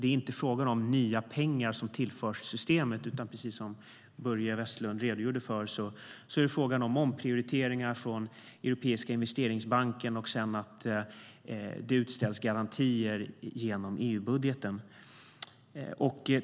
Det är inte fråga om några nya pengar som tillförs systemet, utan precis som Börje Vestlund redogjorde för är det fråga om omprioriteringar från Europeiska investeringsbanken och att det utställs garantier genom EU-budgeten.